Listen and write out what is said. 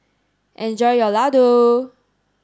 enjoy your Ladoo